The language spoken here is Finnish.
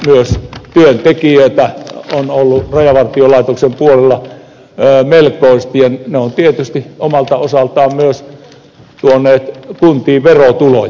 myös työntekijöitä on ollut rajavartiolaitoksen puolella melkoisesti ja he ovat omalta osaltaan myös tuoneet kuntiin verotuloja